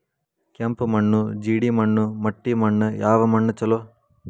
ಕೆಂಪು ಮಣ್ಣು, ಜೇಡಿ ಮಣ್ಣು, ಮಟ್ಟಿ ಮಣ್ಣ ಯಾವ ಮಣ್ಣ ಛಲೋ?